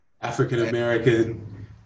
african-american